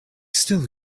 still